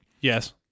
Yes